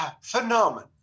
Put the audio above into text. phenomenon